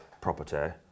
property